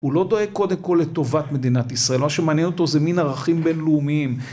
הוא לא דואג קודם כל לטובת מדינת ישראל, מה שמעניין אותו זה מין ערכים בינלאומיים.